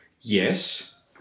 Yes